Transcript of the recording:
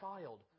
child